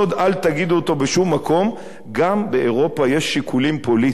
אל תגידו אותו בשום מקום: גם באירופה יש שיקולים פוליטיים.